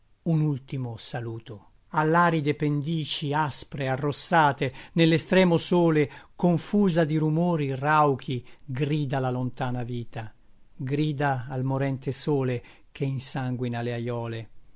un ultimo saluto a l'aride pendici aspre arrossate nell'estremo sole confusa di rumori rauchi grida la lontana vita grida al morente sole che insanguina le aiole